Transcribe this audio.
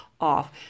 off